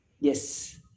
Yes